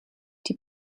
die